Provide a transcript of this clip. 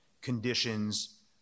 conditions